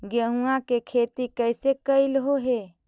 गेहूआ के खेती कैसे कैलहो हे?